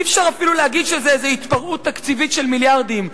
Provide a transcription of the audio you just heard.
אי-אפשר אפילו להגיד שזו איזו התפרעות תקציבית של מיליארדים.